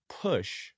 push